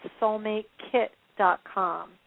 soulmatekit.com